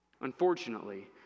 unfortunately